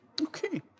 Okay